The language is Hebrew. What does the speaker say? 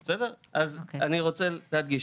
אז אני רוצה להדגיש.